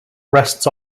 rests